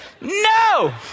No